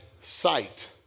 sight